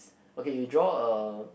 okay you draw a